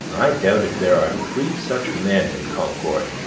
i doubt if there are three such men in concord.